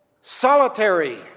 solitary